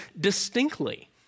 distinctly